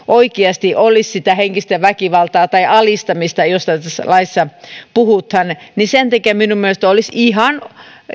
oikeasti olisi sitä henkistä väkivaltaa tai alistamista josta tässä laissa puhutaan sen takia minun mielestäni olisi ihan